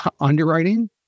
underwriting